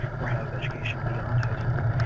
or have education beyond high school,